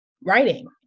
writing